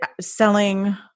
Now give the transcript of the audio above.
selling